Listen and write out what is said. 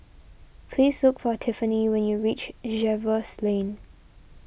please look for Tiffanie when you reach Jervois Lane